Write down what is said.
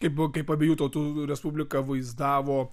kaip kaip abiejų tautų respubliką vaizdavo